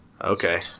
Okay